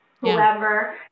whoever